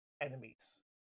enemies